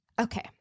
Okay